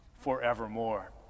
forevermore